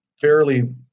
fairly